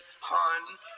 Hun